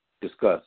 discuss